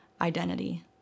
identity